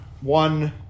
one